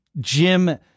Jim